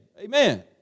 Amen